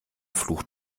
fluch